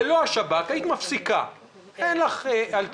ללא השב"כ אם היית מפסיקה כי אין לך אלטרנטיבות